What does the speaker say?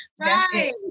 Right